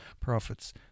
Prophets